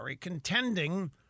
contending